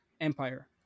Empire